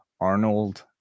arnold